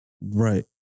Right